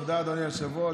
תודה, אדוני היושב-ראש.